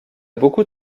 beaucoup